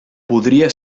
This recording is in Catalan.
podria